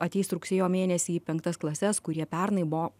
ateis rugsėjo mėnesį į penktas klases kurie pernai buvo